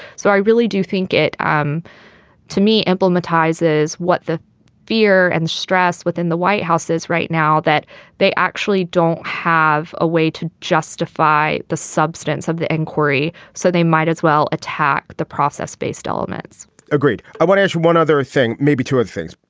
so i really do think it um to me ample um the ties is what the fear and stress within the white house is right now that they actually don't have a way to justify the substance of the inquiry so they might as well attack the process based elements great. i want to ask one other thing maybe two other things.